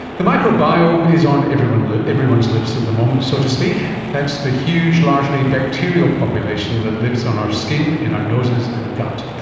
the microbiome is on everyone's lips everyone's lips at the moment, so to speak. that's the huge largely bacterial population that lives on our skin, in our noses and gut.